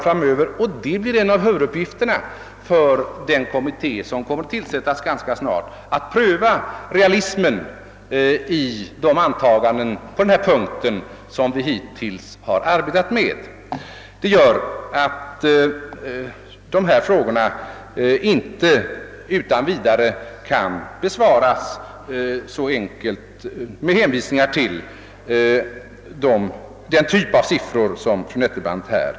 Det blir också en huvuduppgift för den kommitté, som rätt snart skall tillsättas, att pröva realismen i de antaganden på denna punkt som vi hittills arbetat med. Detta gör att hithörande spörsmål inte utan vidare kan avgöras med enkla hänvisningar till den typ av siffror som fru Nettelbrandt här anfört.